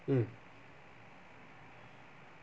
mm